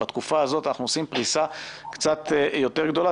בתקופה הזאת אנחנו עושים פריסה קצת יותר גדולה?